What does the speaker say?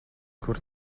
kur